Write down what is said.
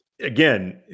Again